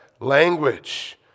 language